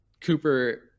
Cooper